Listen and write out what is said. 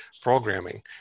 programming